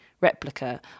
replica